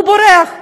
הוא בורח.